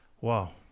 wow